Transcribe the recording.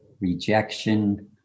rejection